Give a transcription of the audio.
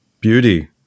beauty